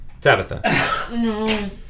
Tabitha